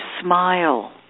smile